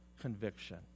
conviction